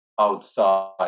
outside